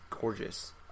gorgeous